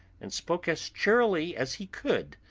and spoke as cheerily as he could,